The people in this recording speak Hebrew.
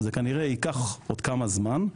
זה כנראה ייקח עוד כמה זמן,